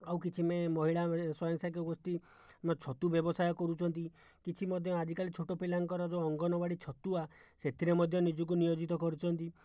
ଆଉ କିଛି ମହିଳା ସ୍ଵୟଂସହାୟକ ଗୋଷ୍ଠୀ ଛତୁ ବ୍ୟବସାୟ କରୁଛନ୍ତି କିଛି ମଧ୍ୟ ଆଜିକାଲି ଛୋଟ ପିଲାଙ୍କର ଯେଉଁ ଅଙ୍ଗନୱାଡ଼ି ଛତୁଆ ସେଥିରେ ମଧ୍ୟ ନିଜକୁ ନିୟୋଜିତ କରିଛନ୍ତି